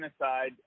aside